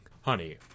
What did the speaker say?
Honey